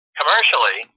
commercially